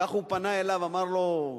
כך הוא פנה אליו ואמר לו,